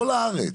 בכל הארץ.